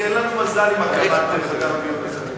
אדוני, אין לנו מזל עם הקמת חדר המיון הזה.